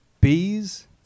Bees